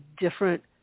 different